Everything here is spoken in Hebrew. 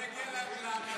מתי נגיע לאמיתי?